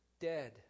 dead